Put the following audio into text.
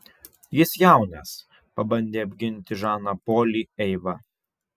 jis jaunas pabandė apginti žaną polį eiva